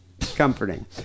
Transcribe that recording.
Comforting